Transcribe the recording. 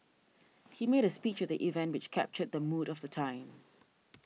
he made a speech at the event which captured the mood of the time